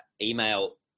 email